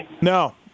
No